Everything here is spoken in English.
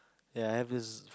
ya I have this